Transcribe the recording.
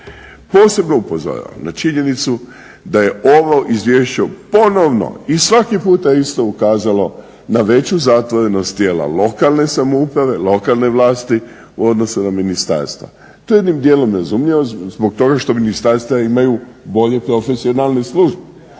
Posebno upozoravam na činjenicu da je ovo izvješće ponovno i svaki puta isto ukazalo na veću zatvorenost tijela lokalne samouprave, lokalne vlasti u odnosu na ministarstva. To je jednim dijelom razumljivo zbog toga što ministarstva imaju bolji profesionalnu službu,